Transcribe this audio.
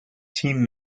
team